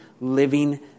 living